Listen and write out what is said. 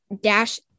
dash